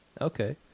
Okay